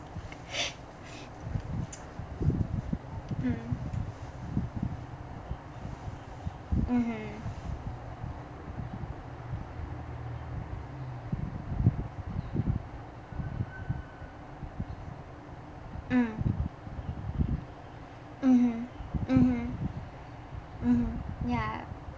mm mmhmm mm mmhmm mmhmm mmhmm ya